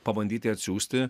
pabandyti atsiųsti